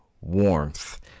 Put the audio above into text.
warmth